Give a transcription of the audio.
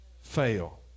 fail